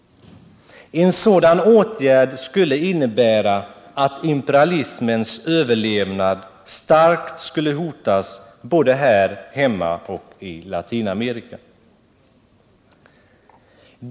En sådan åtgärd skulle innebära att imperalismens överlevnad starkt skulle hotas både här hemma och i Latinamerika.